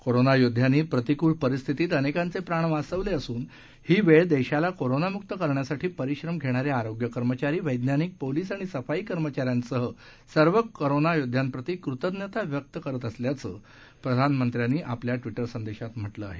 corona योध्यांनी प्रतिकूल परिस्थितीत अनेकांचे प्राण वाचवले असून ही वेळ देशाला कोरोनामुक्त करण्यासाठी परिश्रम घेणारे आरोग्य कर्मचारी वझीनिक पोलीस आणि सफाई कर्मचाऱ्यांसह सर्व कोरोना योध्यांप्रती कृतज्ञता व्यक्त करत असल्याचं प्रधानमंत्र्यांनी आपल्या ट्विटर संदेशात म्हटलं आहे